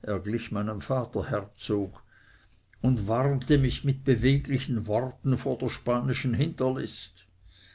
er glich meinem vater herzog und warnte mich mit beweglichen worten vor der spanischen hinterlist